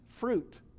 fruit